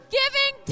giving